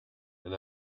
and